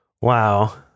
Wow